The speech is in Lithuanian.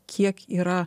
kiek yra